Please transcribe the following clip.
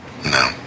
No